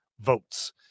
votes